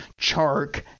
Chark